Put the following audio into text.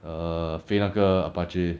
err 飞那个 apache